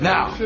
Now